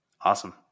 Awesome